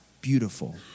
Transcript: beautiful